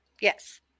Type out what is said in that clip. Yes